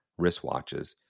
wristwatches